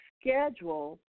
schedule